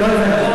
לא הבנתי.